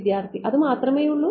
വിദ്യാർത്ഥി അതു മാത്രമേയുള്ളൂ